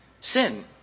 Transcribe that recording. sin